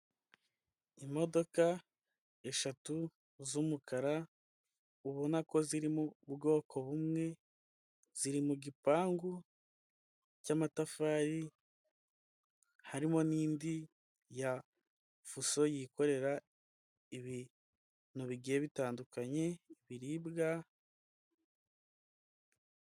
Imodoka eshatu z'umukara ubona ko ziri mu bwoko bumwe, ziri mu gipangu cy'amatafari harimo n'indi ya fuso yikorera ibintu bigiye bitandukanye, ibiribwa.